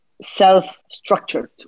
self-structured